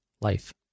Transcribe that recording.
life